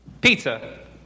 Pizza